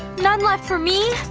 none left for me?